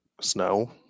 snow